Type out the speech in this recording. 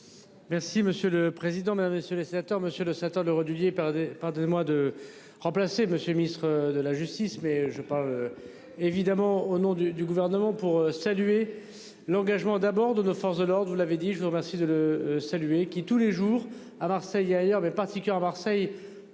Merci monsieur le président, Mesdames, messieurs les sénateurs, Monsieur le secteur de Redu liés par des par des mois de remplacer Monsieur le ministre de la justice mais j'ai pas. Évidemment au nom du du gouvernement pour saluer l'engagement d'abord de nos forces de l'ordre, vous l'avez dit, je vous remercie de le saluer, qui tous les jours à Marseille et ailleurs mais pas si à Marseille